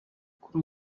kuri